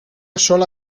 sola